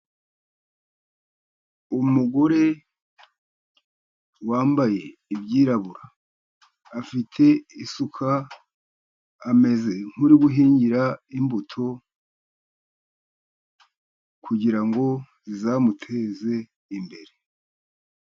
Umugore wambaye ibyirabura, afite isuka ameze nk'uri guhingira imbuto, kugira ngo zizamuteze imbere.